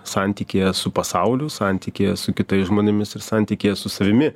santykyje su pasauliu santykyje su kitais žmonėmis ir santykyje su savimi